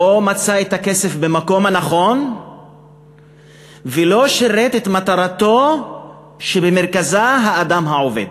לא מצא את הכסף במקום הנכון ולא שירת את מטרתו שבמרכזה האדם העובד,